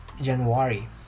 January